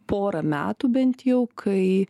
porą metų bent jau kai